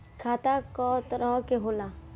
खाता क तरह के होला?